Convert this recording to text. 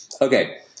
Okay